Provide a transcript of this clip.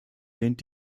lehnt